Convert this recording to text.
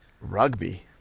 rugby